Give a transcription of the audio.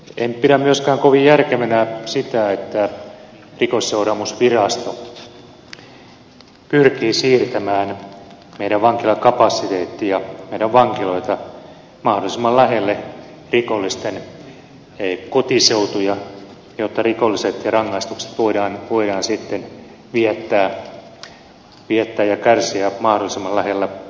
en pidä myöskään kovin järkevänä sitä että rikosseuraamusvirasto pyrkii siirtämään meidän vankilakapasiteettiamme meidän vankiloitamme mahdollisimman lähelle rikollisten kotiseutuja jotta rikolliset voivat sitten kärsiä rangaistukset mahdollisimman lähellä kotia